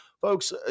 Folks